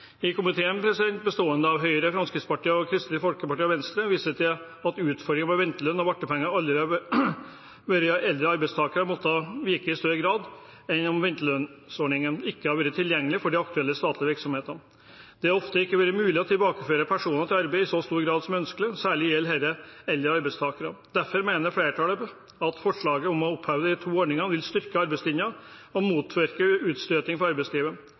i komiteen, bestående av Høyre, Fremskrittspartiet, Kristelig Folkeparti og Venstre, viser til at utfordringen med ventelønn og vartpenger har vært at eldre arbeidstakere har måttet vike i større grad enn om ventelønnsordningen ikke hadde vært tilgjengelig for de aktuelle statlige virksomhetene. Det har ofte ikke vært mulig å tilbakeføre personer til arbeid i så stor grad som ønskelig. Særlig gjelder dette eldre arbeidstakere. Derfor mener flertallet at forslaget om å oppheve de to ordningene vil styrke arbeidslinjen og motvirke utstøting fra arbeidslivet.